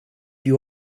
you